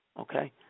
Okay